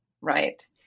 right